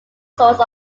source